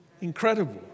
Incredible